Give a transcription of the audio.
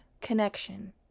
connection